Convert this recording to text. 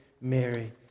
Mary